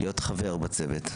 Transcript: יהיה חבר בצוות.